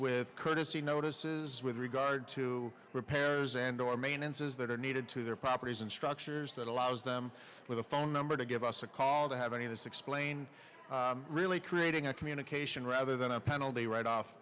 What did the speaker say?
with courtesy notices with regard to repairs and or maintenance is that are needed to their properties and structures that allows them with a phone number to give us a call to have any of this explain really creating a communication rather than a penalty right off